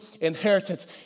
inheritance